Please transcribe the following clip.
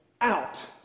out